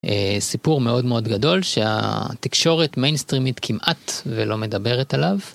סיפור מאוד מאוד גדול שהתקשורת מיינסטרימית כמעט ולא מדברת עליו.